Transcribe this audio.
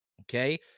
Okay